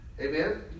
Amen